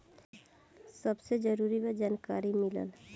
सबसे जरूरी बा जानकारी मिलल